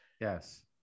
Yes